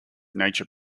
nature